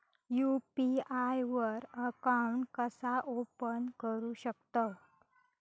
UPI वर account कसा open करू शकतव?